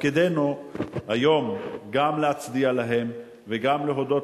תפקידנו היום גם להצדיע להן וגם להודות